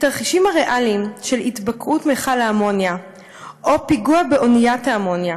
התרחישים הריאליים של התבקעות מכל האמוניה או פיגוע באוניית האמוניה